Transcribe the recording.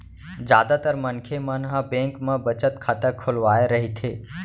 जादातर मनखे मन ह बेंक म बचत खाता खोलवाए रहिथे